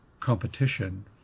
competition